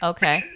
Okay